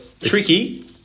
tricky